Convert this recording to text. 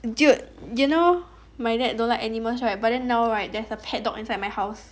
dude you know my dad don't like animals right but then now right there's a pet dog inside my house